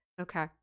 Okay